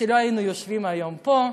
שלא היינו יושבים היום פה,